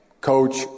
Coach